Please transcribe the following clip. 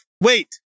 wait